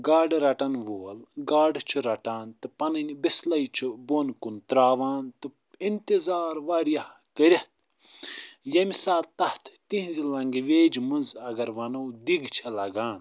گاڈٕ رَٹن وول گاڈٕ چھُ رَٹان تہٕ پنٕنۍ بِسلے چھُ بۅن کُن ترٛاوان تہٕ اِنتِظار وارِیاہ کٔرِتھ ییٚمہِ ساتہٕ تتھ تِہٕنٛزِ لنٛگویجہِ منٛز اگر وَنو دِگ چھِ لگان